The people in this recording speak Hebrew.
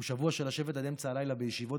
הוא שבוע של לשבת עד אמצע הלילה בישיבות